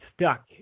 stuck